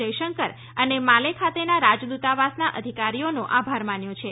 જયશંકર અને માલે ખાતેના રાજદ્દતાવાસના અધિકારીઓનો આભાર માન્યો છે